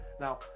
Now